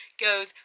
goes